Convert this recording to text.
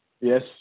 Yes